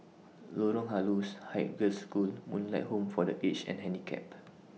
Lorong Halus Haig Girls' School and Moonlight Home For The Aged and Handicapped